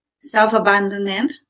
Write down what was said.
self-abandonment